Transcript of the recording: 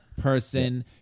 person